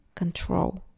Control